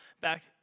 back